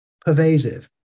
pervasive